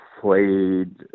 played